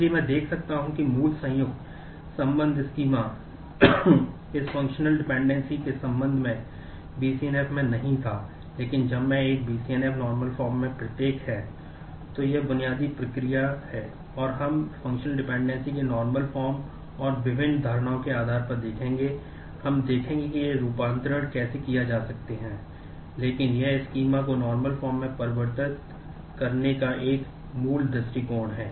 इसलिए मैं देख सकता हूं कि मूल संयुक्त संबंध स्कीमा में परिवर्तित करने का एक मूल दृष्टिकोण है